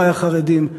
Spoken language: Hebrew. אחי החרדים,